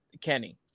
Kenny